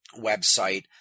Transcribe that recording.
website